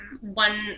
one